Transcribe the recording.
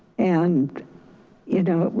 and you know,